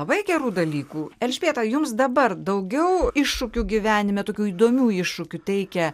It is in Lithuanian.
labai gerų dalykų elžbieta jums dabar daugiau iššūkių gyvenime tokių įdomių iššūkių teikia